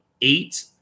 eight